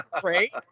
great